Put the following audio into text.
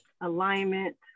alignment